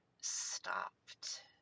stopped